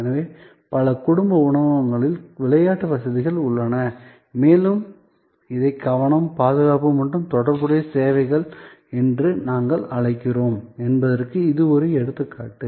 எனவே பல குடும்ப உணவகங்களில் விளையாட்டு வசதிகள் உள்ளன மேலும் இதை கவனம் பாதுகாப்பு மற்றும் தொடர்புடைய சேவைகள் என்று நாங்கள் அழைக்கிறோம் என்பதற்கு இது ஒரு எடுத்துக்காட்டு